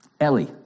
Ellie